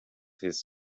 his